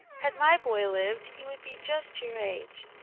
had my boy lived he would be just your age,